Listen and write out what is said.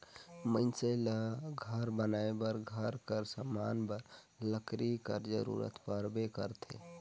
मइनसे ल घर बनाए बर, घर कर समान बर लकरी कर जरूरत परबे करथे